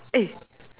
eh